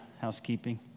housekeeping